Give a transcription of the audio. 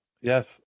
Yes